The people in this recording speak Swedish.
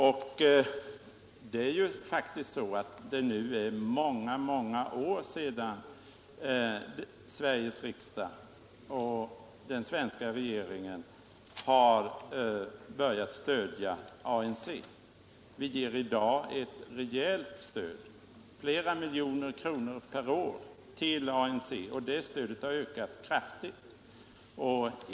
Ett annat exempel på handling är att det nu faktiskt är många år sedan Sveriges riksdag och den svenska regeringen började stödja ANC. Vi ger i dag ett rejält stöd — flera miljoner kronor per år — till ANC, och det stödet har ökat kraftigt.